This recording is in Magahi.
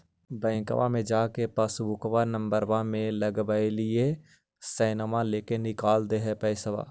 बैंकवा मे जा के पासबुकवा नम्बर मे लगवहिऐ सैनवा लेके निकाल दे है पैसवा?